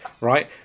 right